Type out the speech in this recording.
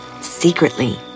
secretly